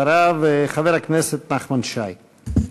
אחריו, חבר הכנסת נחמן שי.